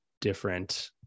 different